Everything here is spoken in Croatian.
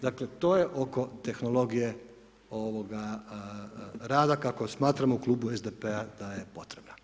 Dakle, to je oko tehnologije, ovoga, rada kako smatramo u klubu SDP-a da je potrebno.